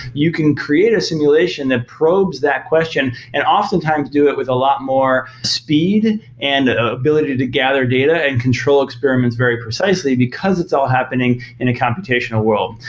you can create a simulation that probes that question and often times do it with a lot more speed and ah ability to gather data and control experiments very precisely because it's all happening in a computational world.